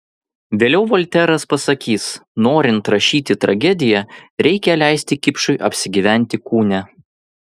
vėliau volteras pasakys norint rašyti tragediją reikia leisti kipšui apsigyventi kūne